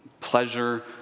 pleasure